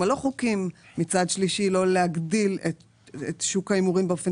הלא חוקיים ומצד שלישי אולי לא להגדיל את שוק ההימורים באופן